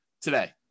today